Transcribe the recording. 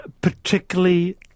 particularly